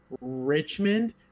richmond